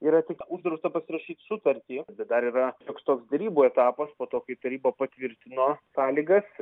yra tik uždrausta pasirašyt sutartį dar yra šioks toks derybų etapas po to kai taryba patvirtino sąlygas